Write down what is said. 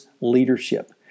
Leadership